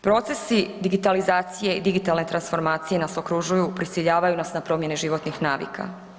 Procesi digitalizacije i digitalne transformacije nas okružuju, prisiljavaju nas na promjene životnih navika.